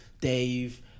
Dave